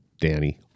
Danny